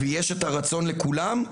ויש את הרצון לכולם.